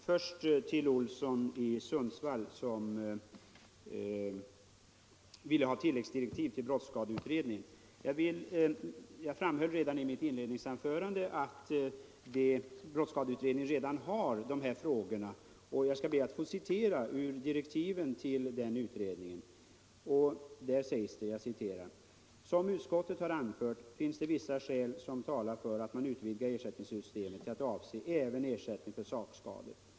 Herr talman! Herr Olsson i Sundsvall vill ha tilläggsdirektiv till brottsskadeutredningen. Såsom jag framhöll i mitt tidigare anförande har brottsskadeutredningen redan dessa frågor till behandling. Jag vill citera ur direktiven till den utredningen: ”Som utskottet har anfört finns det vissa skäl som talar för att man utvidgar ersättningssystemet till att avse även ersättning för sakskador.